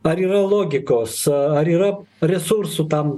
ar yra logikos ar yra resursų tam